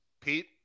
Pete